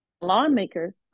lawmakers